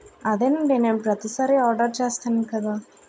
అదేనండి నేను ప్రతిసారి ఆర్డర్ చేస్తాను కదా